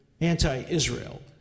anti-Israel